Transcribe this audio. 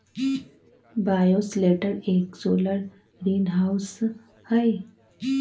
bioshelter एक solar greenhouse हई